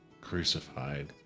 crucified